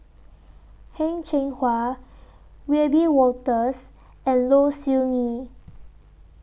Heng Cheng Hwa Wiebe Wolters and Low Siew Nghee